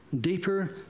deeper